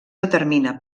determina